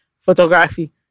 photography